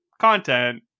content